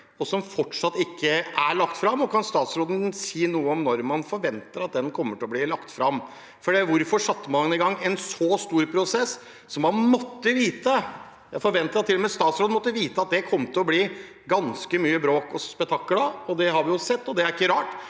og som fortsatt ikke er lagt fram? Kan statsråden si noe om når man forventer at den kommer til å bli lagt fram? Hvorfor satte man i gang en så stor prosess, som man måtte vite – jeg forventer at til og med statsråden måtte vite det – at det kom til å bli ganske mye bråk og spetakkel av? Det har vi jo sett, og det er ikke rart,